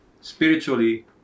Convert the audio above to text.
spiritually